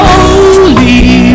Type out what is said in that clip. Holy